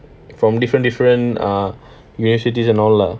from different different err universities and all lah